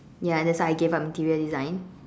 ya that's why I gave up interior design